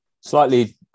Slightly